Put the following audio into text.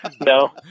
No